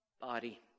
body